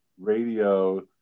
radio